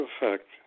effect